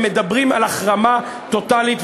הם מדברים על החרמה טוטלית.